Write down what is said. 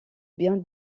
bien